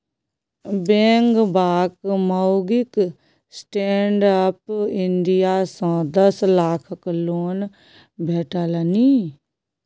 बेंगबाक माउगीक standup India सँ दस लाखक लोन भेटलनि